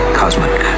cosmic